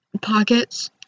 Pockets